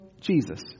Jesus